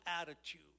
attitude